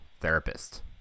therapist